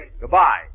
Goodbye